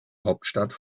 hauptstadt